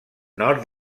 nord